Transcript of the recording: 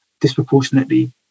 disproportionately